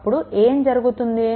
అప్పుడు ఏం జరుగుతుంది